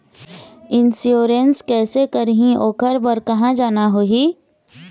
Insurance कैसे करही, ओकर बर कहा जाना होही?